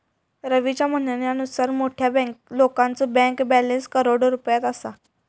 रवीच्या म्हणण्यानुसार मोठ्या लोकांचो बँक बॅलन्स करोडो रुपयात असा